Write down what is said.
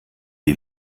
die